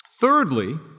Thirdly